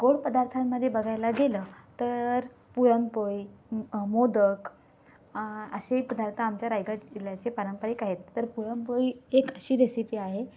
गोड पदार्थांमध्ये बघायला गेलं तर पुरणपोळी मोदक असे पदार्थ आमच्या रायगड जिल्ह्याचे पारंपरिक आहेत तर पुरणपोळी एक अशी रेसिपी आहे